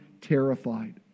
terrified